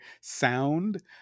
sound